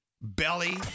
Belly